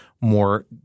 more